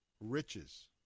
riches